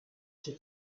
czy